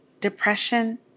depression